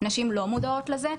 נשים לא מודעות לזה.